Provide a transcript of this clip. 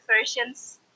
versions